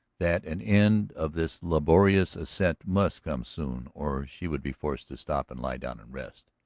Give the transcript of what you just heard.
that an end of this laborious ascent must come soon or she would be forced to stop and lie down and rest.